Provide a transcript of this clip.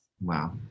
Wow